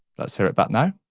let's hear it back now.